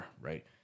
right